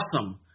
Awesome